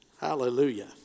Hallelujah